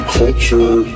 culture